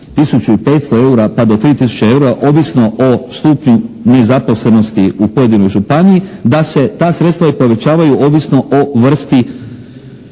500 eura pa do 3 tisuće eura, ovisno o stupnju nezaposlenosti u pojedinoj županiji, da se ta sredstva i povećavaju ovisno o vrsti,